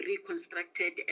reconstructed